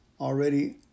already